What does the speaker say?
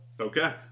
Okay